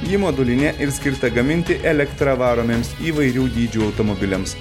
ji modulinė ir skirta gaminti elektra varomiems įvairių dydžių automobiliams